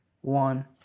one